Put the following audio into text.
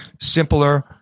simpler